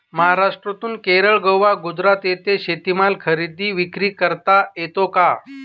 महाराष्ट्रातून केरळ, गोवा, गुजरात येथे शेतीमाल खरेदी विक्री करता येतो का?